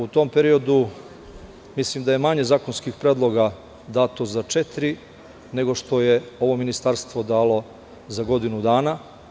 U tom periodu, mislim da je manje zakonskih predloga dato za četiri godine, nego što je ovo ministarstvo dalo za godinu dana.